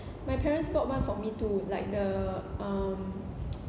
my parents bought one for me too like the um